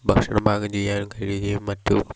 ഭക്ഷണം പാകം ചെയ്യാനും കഴിയുകയും മറ്റും